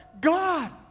God